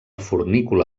fornícula